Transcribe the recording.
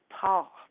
Paul